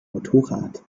motorrad